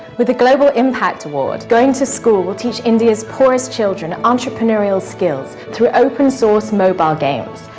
with a global impact award, going to school will teach india's poorest children entrepreneurial skills through open source mobile games.